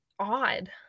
odd